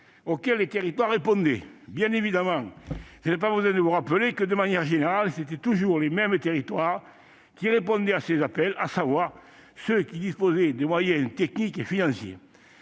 auxquels les territoires répondaient. Bien évidemment, je n'ai pas besoin de vous rappeler que, de manière générale, c'étaient toujours les mêmes territoires qui répondaient à ces appels, à savoir ceux qui disposaient de moyens techniques et financiers.